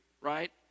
right